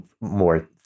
more